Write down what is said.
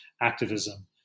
activism